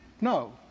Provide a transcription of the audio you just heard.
No